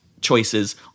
choices